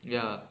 ya